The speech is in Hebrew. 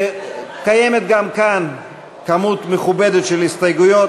קיימת גם כאן כמות מכובדת של הסתייגויות,